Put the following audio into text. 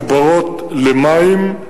מחוברות למים,